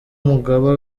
mugaba